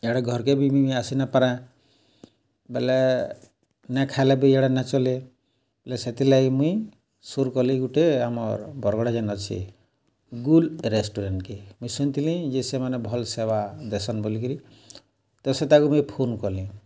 ଇଆଡ଼େ ଘର୍କେ ବି ମୁଇଁ ଆସି ନାଇ ପାରେ ବେଲେ ନାଇ ଖାଇଲେ ବି ଇଆଡ଼େ ନାଇ ଚଲେ ସେଥିର୍ଲାଗି ମୁଇଁ ସୋର୍ କଲି ଗୁଟେ ଆମର୍ ବରଗଡ଼୍ନେ ଯେନ୍ ଅଛେ ଗୁଲ୍ ରେଷ୍ଟୁରାଣ୍ଟ୍କେ ମୁଇଁ ଶୁଣିଥିଲି ଯେ ସେମାନେ ଭଲ୍ ସେବା ଦେସନ୍ ବୋଲିକିରି ତ ସେ ତାକୁ ମୁଇଁ ଫୋନ୍ କଲି